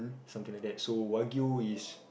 somthing like that so wagyu is